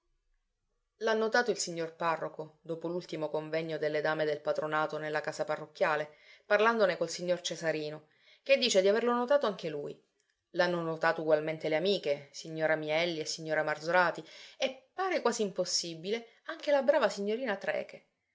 l'ha notato il signor parroco dopo l'ultimo convegno delle dame del patronato nella casa parrocchiale parlandone col signor cesarino che dice di averlo notato anche lui l'hanno notato ugualmente le amiche signora mielli e signora marzorati e pare quasi impossibile anche la brava signorina trecke